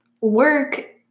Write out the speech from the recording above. work